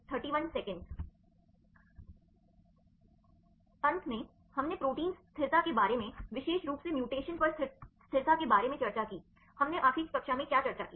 अंत में हमने प्रोटीन स्थिरता के बारे में विशेष रूप से म्यूटेशन पर स्थिरता के बारे में चर्चा की हमने आखिरी कक्षा में क्या चर्चा की